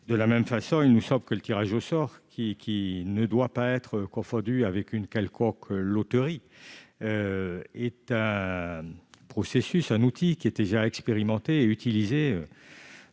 De la même façon, je rappelle que le tirage au sort, qui ne doit pas être confondu avec une quelconque loterie, est un processus, un outil déjà expérimenté et utilisé,